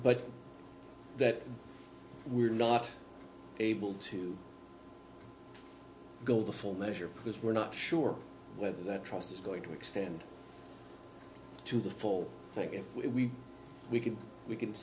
but that we're not able to go before measure because we're not sure whether that trust is going to extend to the full thing if we we can we can